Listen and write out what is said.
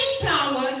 power